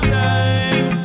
time